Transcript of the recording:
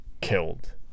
killed